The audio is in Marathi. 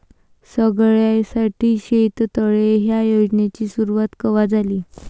सगळ्याइसाठी शेततळे ह्या योजनेची सुरुवात कवा झाली?